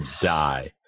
die